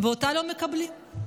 אותה לא מקבלים.